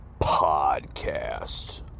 Podcast